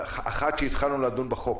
אחת שהתחלנו לדון בחוק,